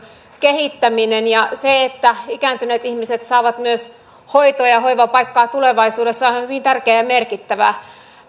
kehittäminen se että ikääntyneet ihmiset saavat myös hoitoa ja hoivapaikan tulevaisuudessa on hyvin tärkeää ja merkittävää